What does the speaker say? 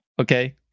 Okay